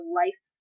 life